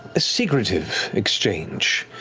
a secretive exchange.